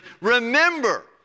Remember